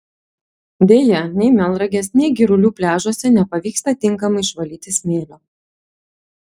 deja nei melnragės nei girulių pliažuose nepavyksta tinkamai išvalyti smėlio